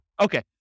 Okay